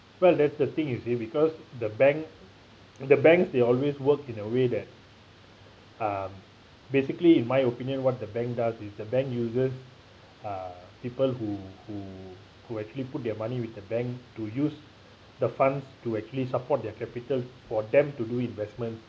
well that's the thing you see because the bank the bank they always work in a way that uh basically in my opinion what the bank does is the bank uses uh people who who who actually put their money with the bank to use the funds to actually support their capital for them to do investment